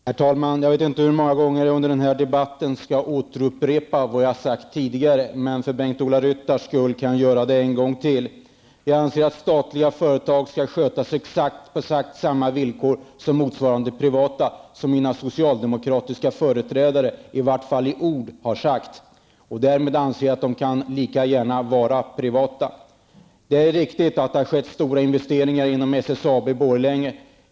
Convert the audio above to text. Herr talman! Jag vet inte hur många gånger jag under den här debatten skall återupprepa vad jag sagt tidigare, men för Bengt-Ola Ryttars skull kan jag göra det en gång till. Jag anser att statliga företag skall skötas på exakt samma villkor som motsvarande privata. Det är detsamma som mina socialdemokratiska företrädare har sagt, i vart fall i ord. Därmed anser jag att de lika gärna kan vara privata. Det är riktigt att det har skett stora investeringar inom SSAB i Borlänge.